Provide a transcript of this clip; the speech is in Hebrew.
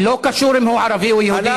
לא קשור אם הוא ערבי או יהודי,